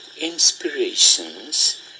inspirations